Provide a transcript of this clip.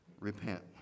repent